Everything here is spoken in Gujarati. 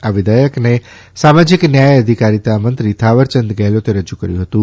આ વિધેયકને સામાજિક ન્યાય અધિકારીતા મંત્રી થાવરચંદ ગેહલોતે રજૂ કર્યું હતું